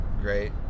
great